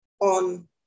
on